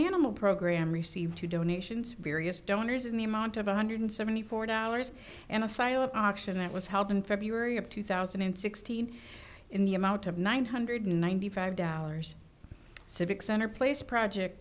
animal program received two donations various donors in the amount of one hundred seventy four dollars an asylum auction that was held in february of two thousand and sixteen in the amount of nine hundred ninety five dollars civic center place project